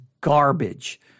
garbage